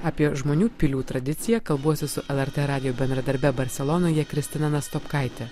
apie žmonių pilių tradiciją kalbuosi su lrt radijo bendradarbe barselonoje kristina nastopkaite